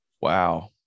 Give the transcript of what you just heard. Wow